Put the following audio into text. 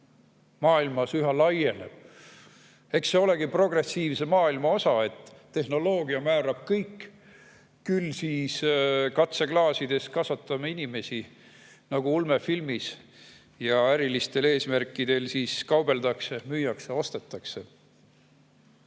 maailmas üha laieneb. Eks see olegi progressiivse maailma osa, et tehnoloogia määrab kõik. Küll siis katseklaasides kasvatame inimesi nagu ulmefilmis ja ärilistel eesmärkidel kaupleme nendega,